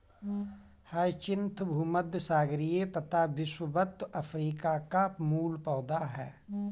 hyacinth भूमध्यसागरीय तथा विषुवत अफ्रीका का मूल पौधा है